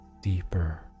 deeper